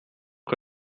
que